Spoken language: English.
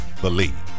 believe